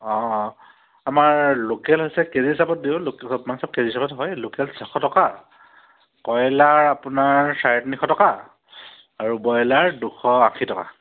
অঁ অঁ আমাৰ লোকেল হৈছে কেজি হিচাপত দিওঁ চব কেজি হিচাপত হয় লোকেল ছশ টকা কয়লাৰ আপোনাৰ চাৰে তিনিশ টকা আৰু ব্ৰয়লাৰ দুশ আশী টকা